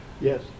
Yes